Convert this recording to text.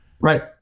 Right